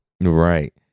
Right